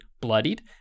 bloodied